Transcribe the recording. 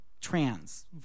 Trans